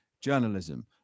journalism